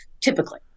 typically